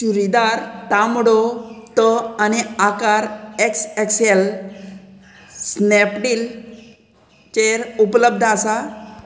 चुरीदार तांबडो तो आनी आकार एक्स एक्सेल स्नॅपडीलचेर उपलब्ध आसा